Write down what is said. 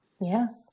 Yes